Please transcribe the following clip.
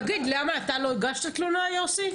אתה לא הגשת תלונה, יוסי?